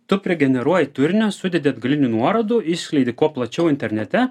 tu prigeneruoji turinio sudedi atgalinių nuorodų išskleidi kuo plačiau internete